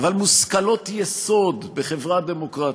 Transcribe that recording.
אבל מושכלות יסוד בחברה דמוקרטית,